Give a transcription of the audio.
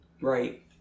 Right